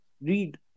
read